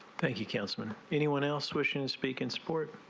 thank you counsel anyone else wishing to speak in support.